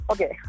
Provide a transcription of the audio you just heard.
Okay